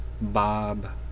Bob